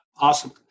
Awesome